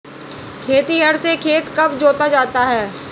खेतिहर से खेत कब जोता जाता है?